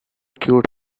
cured